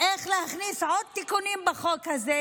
איך להכניס עוד תיקונים בחוק הזה,